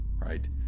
right